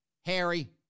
Harry